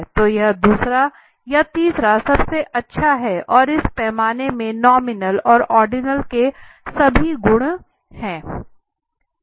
तो यह दूसरा या तीसरा सबसे अच्छा है और इस पैमाने में नॉमिनल और ऑर्डिनल के सभी गुण है